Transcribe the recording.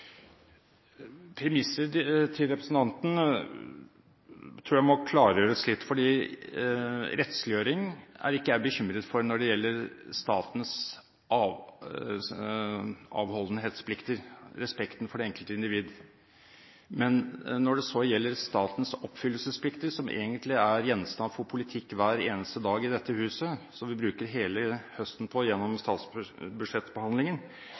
premisset til representanten må klargjøres litt, for rettsliggjøring er jeg ikke bekymret for når det gjelder statens avholdenhetsplikter – respekten for det enkelte individ. Når det gjelder statens oppfyllelsesplikter, som egentlig er gjenstand for politikk hver eneste dag i dette huset, og som vi bruker hele høsten på gjennom